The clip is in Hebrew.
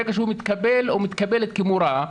ברגע שהוא מתקבל או מתקבלת כמורה,